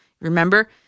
Remember